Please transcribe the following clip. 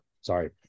sorry